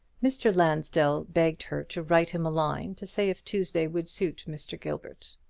mr. lansdell begged her to write him a line to say if tuesday would suit mr. gilbert.